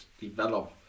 develop